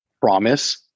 promise